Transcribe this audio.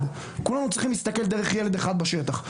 כולנו צריכים להסתכל דרך ילד אחד בשטח,